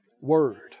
word